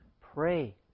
Pray